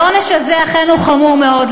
העונש הזה הוא אכן חמור מאוד.